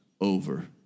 over